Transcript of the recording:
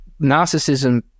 narcissism